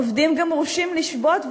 עובדים גם מורשים לשבות,